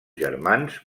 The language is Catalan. germans